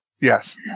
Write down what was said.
Yes